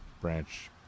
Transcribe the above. branch